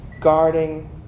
guarding